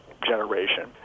generation